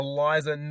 Eliza